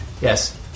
Yes